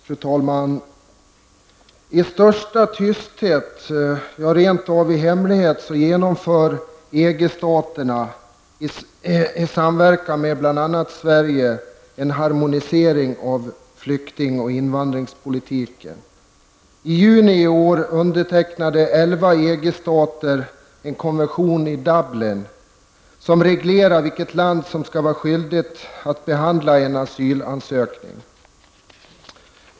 Fru talman! I största tysthet -- ja, rent av i hemlighet -- genomför EG-staterna i samverkan med bl.a. Sverige en harmonisering av flykting och invandringspolitiken. I juni i år undertecknade elva EG-stater en konvention i Dublin, som reglerar vilket land som skall vara skyldigt att behandla en asylansökning.